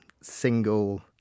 single